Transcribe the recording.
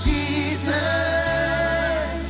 Jesus